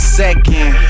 second